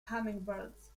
hummingbirds